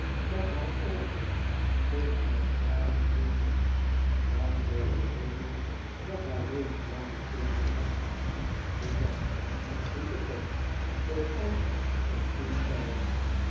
dat haar oogen zich met tranen vulden dan weet de hemel dat haar leven welbesteed zal zijn nuttig en gelukkig zooals zij toen zei